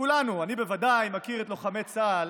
כולנו, אני בוודאי מכיר את לוחמי צה"ל